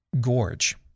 gorge